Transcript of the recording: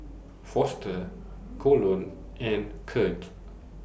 Foster Colon and Kirt